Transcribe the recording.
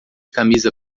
camisa